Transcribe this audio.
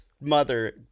mother